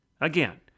Again